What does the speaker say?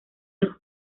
los